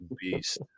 Beast